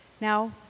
Now